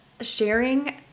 sharing